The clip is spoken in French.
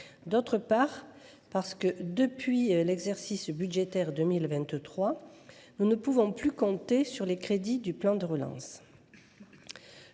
outre, depuis l’exercice budgétaire 2023, nous ne pouvons plus compter sur les crédits du plan de relance.